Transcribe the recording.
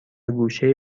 گوشه